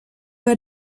war